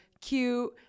cute